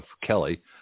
Kelly